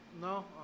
No